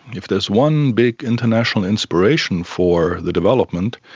if there's one big international inspiration for the development,